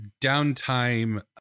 downtime